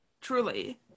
Truly